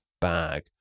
bag